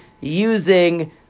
using